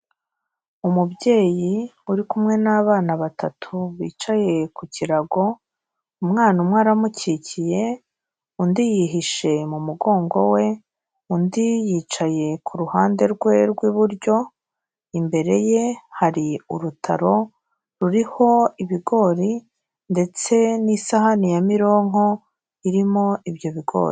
Umubyeyi uri kumwe n'abana batatu bicaye ku kirago, umwana umwe aramukikiye, undi yihishe mu mugongo we, undi yicaye ku ruhande rwe rw'iburyo, imbere ye hari urutaro ruriho ibigori ndetse n'isahani ya mironko irimo ibyo bigori.